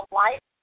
life